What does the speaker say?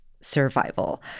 survival